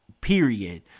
period